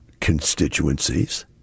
constituencies